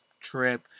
trip